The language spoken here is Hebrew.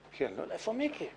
אבל איפה מיקי?